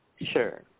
Sure